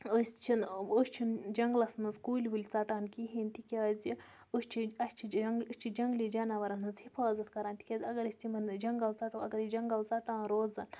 أسۍ چھِنہٕ أسۍ چھِنہٕ جنٛگلَس مَنٛز کُلۍ وُلۍ ژَٹان کِہیٖنۍ تکیازِ أسۍ چھِ اَسہِ چھِ جَنگ أسۍ چھِ جنٛگلی جاناوارَن ہٕنٛز حِفاظت کَران تِکیٛازِ اگر أسۍ تِمَن جنٛگَل ژَٹو اگر أسۍ جنٛگَل ژَٹان روزَن